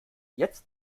jetzt